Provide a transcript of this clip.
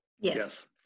Yes